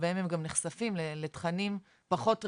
שבהם הם גם נחשפים לתכנים פחות ראויים,